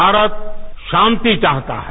भारत शांति चाहता है